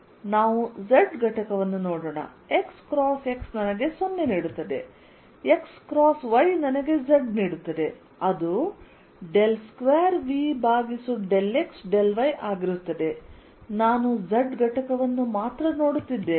ನಾವು z ಘಟಕವನ್ನು ನೋಡೋಣ x ಕ್ರಾಸ್ x ನನಗೆ 0 ನೀಡುತ್ತದೆ x ಕ್ರಾಸ್ y ನನಗೆ z ನೀಡುತ್ತದೆ ಅದು 2V∂x∂yಆಗಿರುತ್ತದೆ ನಾನು z ಘಟಕವನ್ನು ಮಾತ್ರ ನೋಡುತ್ತಿದ್ದೇನೆ